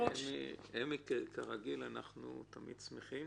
אמי, כרגיל, אנחנו תמיד שמחים